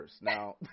Now